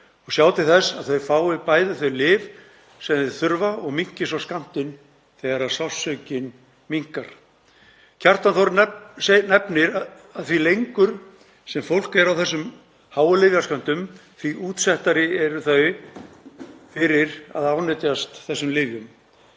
og sjá til þess að þeir fái bæði þau lyf sem þeir þurfa og minnki svo skammtinn þegar sársaukinn minnkar. Kjartan Þórsson nefnir að því lengur sem fólk er á þessum háu lyfjaskömmtun, því útsettari er það fyrir að ánetjast þessum lyfjum.